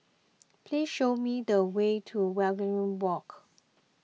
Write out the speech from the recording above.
please show me the way to Waringin Walk